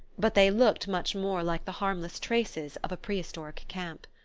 but they looked much more like the harmless traces of a prehistoric camp.